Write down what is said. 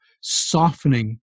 softening